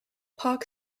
park